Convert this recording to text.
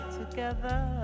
together